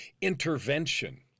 Intervention